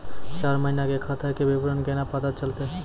चार महिना के खाता के विवरण केना पता चलतै?